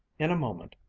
in a moment,